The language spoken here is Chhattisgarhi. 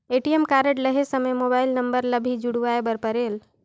ए.टी.एम कारड लहे समय मोबाइल नंबर ला भी जुड़वाए बर परेल?